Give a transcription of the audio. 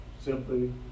simply